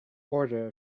order